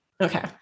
Okay